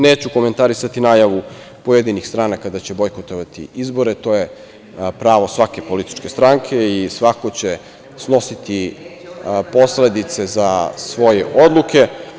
Neću komentarisati najavu pojedinih stranaka da će bojkotovati izbore, to je pravo svake političke stranke i svako će snositi posledice za svoje odluke.